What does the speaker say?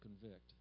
convict